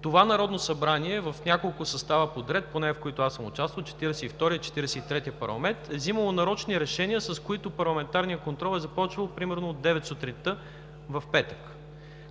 това Народно събрание в няколко състава подред, поне, в които аз съм участвал – Четиридесет и вторият и Четиридесет и третия парламент, е взимало нарочни решения, с които парламентарният контрол е започвал примерно от 9,00 сутринта в петък,